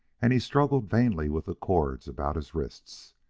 and he struggled vainly with the cords about his wrists.